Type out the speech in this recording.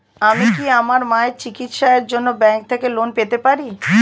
আমি কি আমার মায়ের চিকিত্সায়ের জন্য ব্যঙ্ক থেকে লোন পেতে পারি?